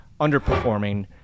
underperforming